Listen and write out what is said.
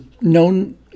known